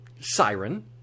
siren